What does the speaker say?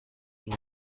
die